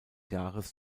jahres